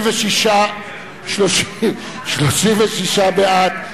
ההצעה להעביר את הנושאים לוועדת הכספים נתקבלה.